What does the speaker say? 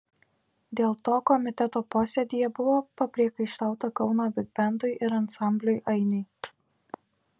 dėl to komiteto posėdyje buvo papriekaištauta kauno bigbendui ir ansambliui ainiai